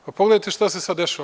Pogledajte šta se sada dešava.